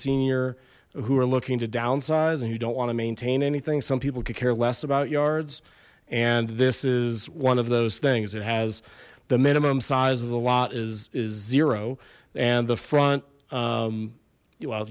senior who are looking to downsize and you don't want to maintain anything some people could care less about yards and this is one of those things it has the minimum size of the lot is is zero and the front well